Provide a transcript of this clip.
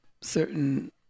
certain